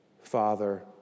Father